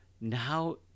now